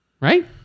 right